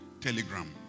telegram